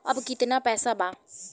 अब कितना पैसा बा?